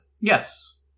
yes